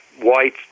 white